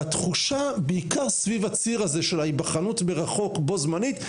התחושה בעיקר סביב הציר הזה של ההיבחנות מרחוק בו-זמנית,